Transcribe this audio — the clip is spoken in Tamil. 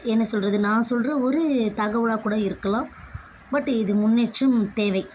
என்ன சொல்கிறது நான் சொல்கிற ஒரு தகவலாகக்கூட இருக்கலாம் பட் இது முன்னேற்றம் தேவை